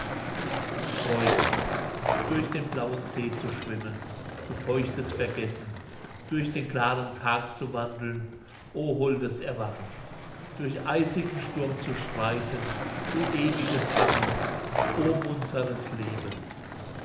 freude durch den blauen see zu schwimmen du feuchtes vergessen durch den klaren tag zu wandeln o holdes erwachen durch eisigen sturm zu schreiten du ewiges bangen o munteres leben